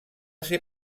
ser